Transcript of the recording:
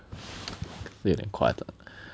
有一点夸张